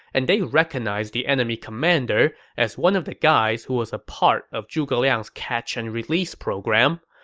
and they recognized the enemy commander as one of the guys who was a part of zhuge liang's catch-and-release program.